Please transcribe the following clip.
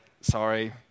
sorry